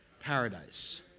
paradise